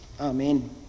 Amen